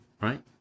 right